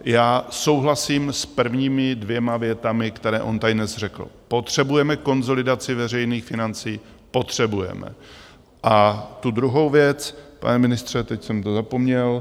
Já souhlasím s prvními dvěma větami, které on tady dnes řekl, potřebujeme konsolidaci veřejných financí, potřebujeme, a tu druhou věc, pane ministře, teď jsem to zapomněl.